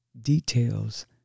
details